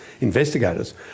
investigators